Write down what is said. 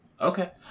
Okay